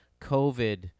COVID